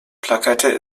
plakette